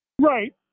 Right